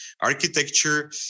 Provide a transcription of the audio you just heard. architecture